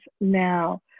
now